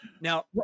now